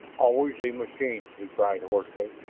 always the machines! he cried hoarsely.